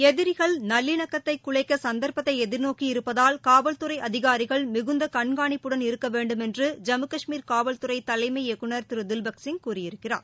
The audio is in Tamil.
எதிரிகள் நல்லிணக்கத்தை குலைக்க சந்தர்பத்தை எதிர்நோக்கி இருப்பதால் காவல்துறை அதிகாரிகள் மிகுந்த கண்காணிப்புடன் இருக்க வேண்டும் என்று ஜம்மு கஷ்மீர் காவல்துறை தலைமை இயக்குநர் திரு தில்பக் சிங் கூறியிருக்கிறார்